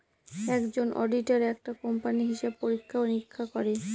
একজন অডিটার একটা কোম্পানির হিসাব পরীক্ষা নিরীক্ষা করে